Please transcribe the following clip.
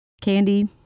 Candy